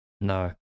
No